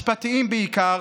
משפטיים בעיקר,